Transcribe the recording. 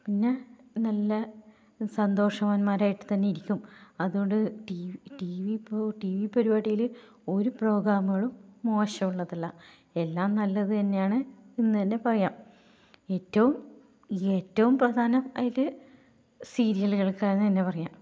പിന്നെ നല്ല സന്തോഷവാന്മാരായിട്ട് തന്നെ ഇരിക്കും അതുകൊണ്ട് ടി വി ടി വി പ്പോ ടി വി പരിപാടിയിൽ ഒരു പ്രോഗ്രാമുകളും മോശം ഉള്ളതല്ല എല്ലാം നല്ലത് തന്നെയാണ് എന്ന് തന്നെ പറയാം ഏറ്റവും ഏറ്റവും പ്രധാനമായിട്ട് സീരിയലുകൾക്കാണെന്ന് തന്നെ പറയാം